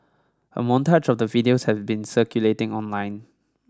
a montage of the videos have been circulating online